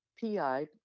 PI